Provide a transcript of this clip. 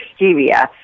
stevia